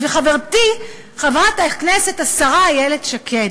חברתי חברת הכנסת השרה איילת שקד,